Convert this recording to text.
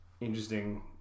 interesting